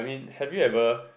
have you ever